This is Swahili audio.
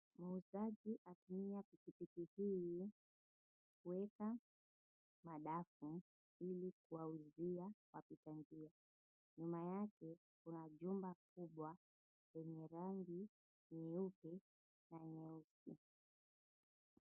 Muuzaji atumia pikipiki hii ili kuweka madafu kuwauzia wapita njia, nyuma yake kuna jumba kubwa lenye rangi nyeupe na nyeusi.